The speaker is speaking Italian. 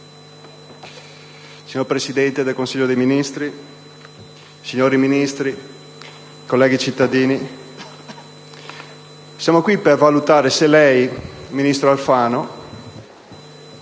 signor Presidente del Consiglio dei ministri, signori Ministri, colleghi cittadini, siamo qui per valutare se lei, ministro Alfano,